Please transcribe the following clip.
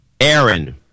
Aaron